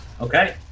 Okay